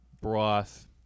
broth